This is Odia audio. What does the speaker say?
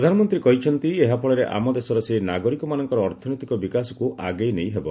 ପ୍ରଧାନମନ୍ତ୍ରୀ କହିଛନ୍ତି ଏହାଫଳରେ ଆମ ଦେଶର ସେହି ନାଗରିକମାନଙ୍କର ଅର୍ଥନୈତିକ ବିକାଶକୁ ଆଗକୁ ନେଇହେବ